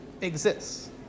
exists